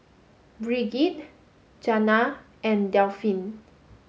Brigid Jana and Delphin